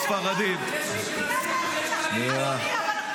לא הבנת, יש אשכנזים שהם ספרדים --- לא.